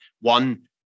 One